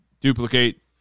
duplicate